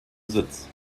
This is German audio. sitz